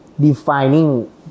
Defining